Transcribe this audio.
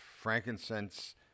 frankincense